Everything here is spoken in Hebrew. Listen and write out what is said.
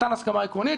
נתן הסכמה עקרונית,